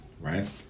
right